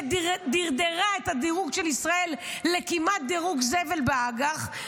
שדרדרה את הדירוג של ישראל לכמעט דירוג זבל באג"ח,